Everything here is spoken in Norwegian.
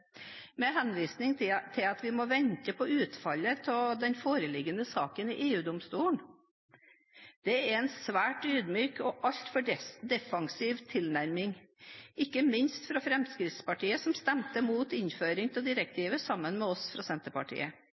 med henvisning til at vi må vente på utfallet av den foreliggende saken i EU-domstolen. Det er en svært ydmyk og altfor defensiv tilnærming, ikke minst fra Fremskrittspartiet, som stemte imot innføring av direktivet sammen med oss fra Senterpartiet.